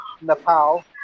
Nepal